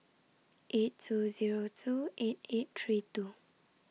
eight two Zero two eight eight three two